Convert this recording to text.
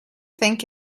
think